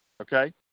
Okay